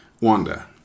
Wanda